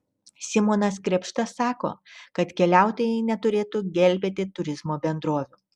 simonas krėpšta sako kad keliautojai neturėtų gelbėti turizmo bendrovių